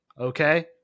okay